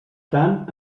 tant